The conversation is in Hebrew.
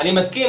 אני מסכים.